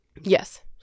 Yes